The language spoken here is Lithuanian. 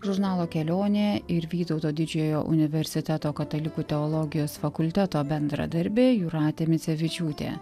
žurnalo kelionė ir vytauto didžiojo universiteto katalikų teologijos fakulteto bendradarbė jūratė micevičiūtė